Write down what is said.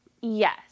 Yes